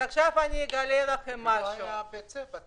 לא היה בית ספר.